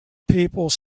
people